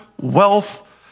wealth